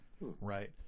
Right